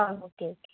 ആ okay okay